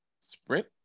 Sprint